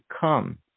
come